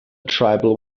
tribal